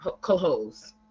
co-hoes